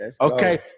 okay